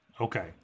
Okay